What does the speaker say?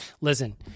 Listen